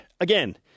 again